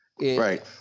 Right